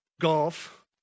golf